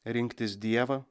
rinktis dievą